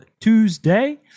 Tuesday